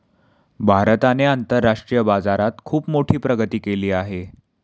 भारताने आंतरराष्ट्रीय बाजारात खुप मोठी प्रगती केली आहे